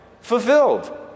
fulfilled